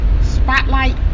spotlight